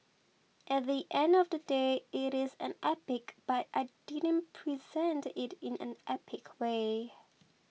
at the end of the day it is an epic but I didn't present it in an epic way